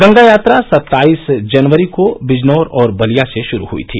गंगा यात्रा सत्ताईस जनवरी को बिजनौर और बलिया से शुरू हुई थी